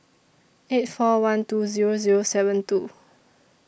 eight four one two Zero Zero seven two